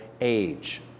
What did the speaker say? age